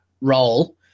role